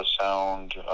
sound